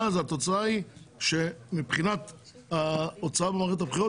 התוצאה היא שמבחינת ההוצאה במערכת הבחירות